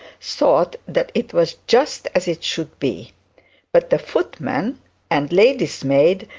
thought that it was just as it should be but the footman and lady's maid,